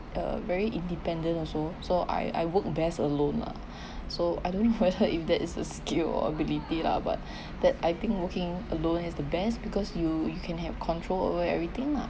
uh very independent also so I I worked best alone lah so I don't know whether if that is a skill or ability lah but that I think working alone is the best because you you can have control over everything lah